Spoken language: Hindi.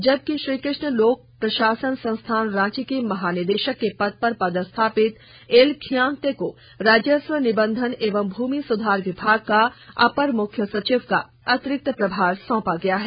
जबकि श्री कृष्ण लोक प्रशासन संस्थान रांची के महानिदेशक के पद पर पदस्थापित एल खियांग्ते को राजस्व निबंधन एवं भूमि सुधार विभाग का अपर मुख्य सचिव का अतिरिक्त प्रभार सौंपा गया है